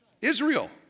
Israel